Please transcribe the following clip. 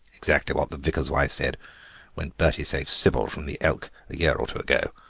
exactly what the vicar's wife said when bertie saved sybil from the elk a year or two ago,